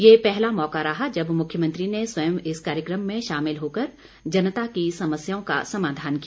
यह पहला मौका रहा जब मुख्यमंत्री ने स्वयं इस कार्यक्रम में शामिल होकर जनता की समस्याओं का समाधान किया